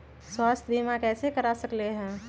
स्वाथ्य बीमा कैसे करा सकीले है?